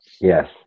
Yes